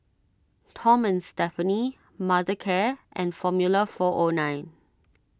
Tom and Stephanie Mothercare and Formula four O nine